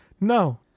no